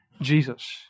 Jesus